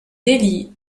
daily